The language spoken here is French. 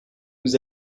vous